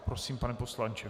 Prosím, pane poslanče.